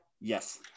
Yes